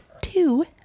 two